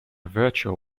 virtual